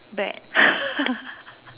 bread